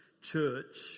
church